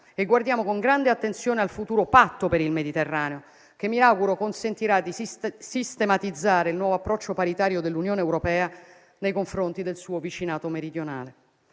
e guardiamo con grande attenzione al futuro patto per il Mediterraneo che - mi auguro - consentirà di sistematizzare il nuovo approccio paritario dell'Unione europea nei confronti del suo vicinato meridionale.